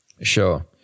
Sure